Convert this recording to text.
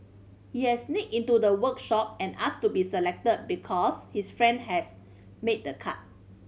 he had sneaked into the workshop and asked to be selected because his friend has made the cut